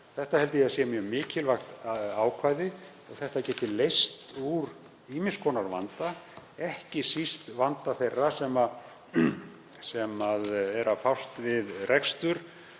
Þetta held ég að sé mjög mikilvægt ákvæði. Þetta getur leyst úr ýmiss konar vanda, ekki síst vanda þeirra sem fást við rekstur